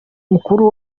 mukuru